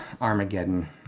Armageddon